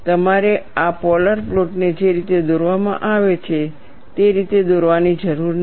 તમારે આ પોલર પ્લોટને જે રીતે દોરવામાં આવે છે તે રીતે દોરવાની જરૂર નથી